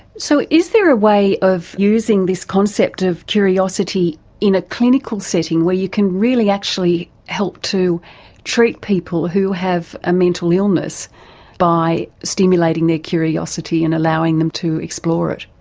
so is there a way of using this concept of curiosity in a clinical setting where you can really actually help to treat people who have a mental illness by stimulating their curiosity and allowing them to explore it?